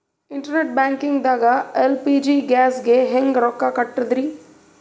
Internet banking ದಾಗ LPG ಗ್ಯಾಸ್ಗೆ ಹೆಂಗ್ ರೊಕ್ಕ ಕೊಡದ್ರಿ?